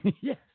yes